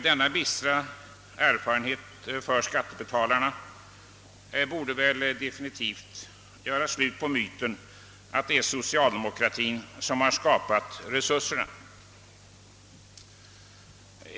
Denna bistra erfarenhet för skattebetalarna borde väl definitivt göra slut på myten att det är socialdemokratien som har skapat resurserna.